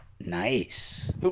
Nice